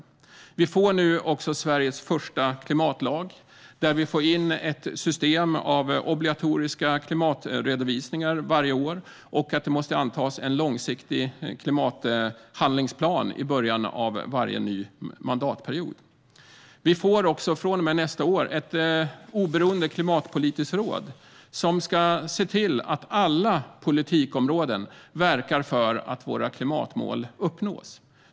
Sverige får nu sin första klimatlag i vilken det förs in ett system av obligatoriska årliga klimatredovisningar och att en långsiktig klimathandlingsplan måste antas i början av varje ny mandatperiod. Från och med nästa år får vi ett oberoende klimatpolitiskt råd som ska se till att alla politikområden verkar för att klimatmålen uppnås.